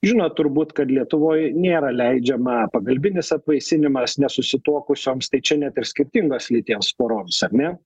žinot turbūt kad lietuvoj nėra leidžiama pagalbinis apvaisinimas nesusituokusioms tai čia net ir skirtingos lyties poroms ar ne